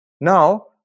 Now